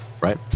right